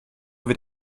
wird